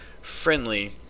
Friendly